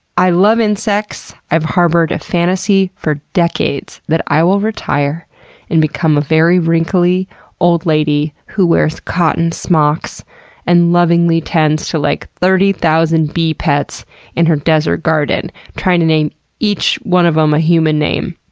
i love insects. i've harbored a fantasy for decades that i will retire and become a very wrinkly old lady who wears cotton smocks and lovingly tends to, like, thirty thousand bee pets in her desert garden, trying to name each one of them um a human name.